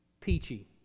peachy